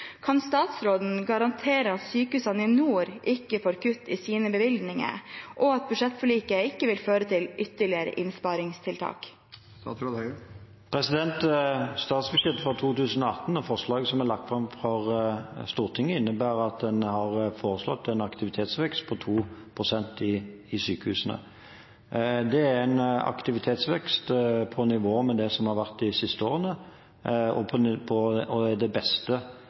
Kan statsråden garantere at sykehusene i nord ikke får kutt i sine bevilgninger, og at budsjettforliket ikke vil føre til ytterligere innsparingstiltak? Forslaget til statsbudsjett for 2018, som er lagt fram for Stortinget, innebærer at en har foreslått en aktivitetsvekst på 2 pst. i sykehusene. Det er en aktivitetsvekst på nivå med det som har vært de siste årene, og med det beste som Stoltenberg II-regjeringen noen gang fikk vedtatt. Det